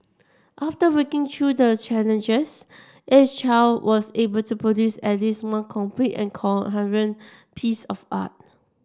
after working through the challenges each child was able to produce at least one complete and coherent piece of art